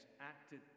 acted